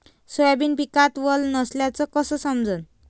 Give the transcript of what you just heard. Soybean पिकात वल नसल्याचं कस समजन?